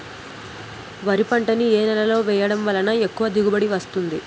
వరి పంట ని ఏ నేలలో వేయటం వలన ఎక్కువ దిగుబడి వస్తుంది?